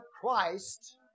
Christ